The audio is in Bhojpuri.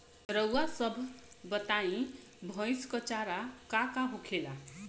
रउआ सभ बताई भईस क चारा का का होखेला?